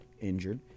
injured